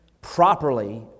properly